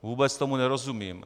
Vůbec tomu nerozumím.